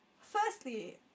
Firstly